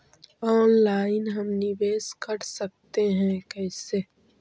Online हम निवेश कर सकते है, कैसे?